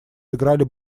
сыграли